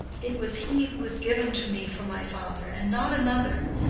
it was he who was given to me for my father, and not another.